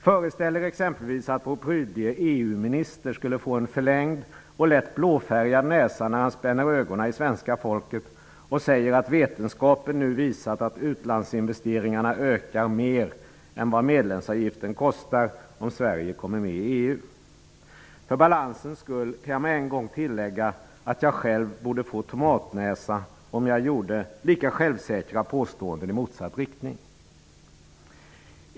Föreställ er exempelvis att vår prydlige EU minister skulle få en förlängd och lätt blåfärgad näsa när han spänner ögona i svenska folket och säger att vetenskapen nu visat att utlandsinvesteringarna ökar mer än vad medlemsavgiften kostar om Sverige kommer med i EU. För balansens skull kan jag med en gång tillägga att jag själv borde få tomatnäsa om jag gjorde lika självsäkra påståenden i motsatt riktning.